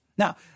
Now